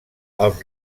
els